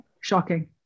shocking